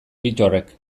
bittorrek